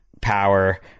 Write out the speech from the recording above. power